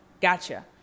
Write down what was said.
gotcha